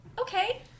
okay